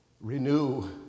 renew